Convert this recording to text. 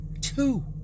Two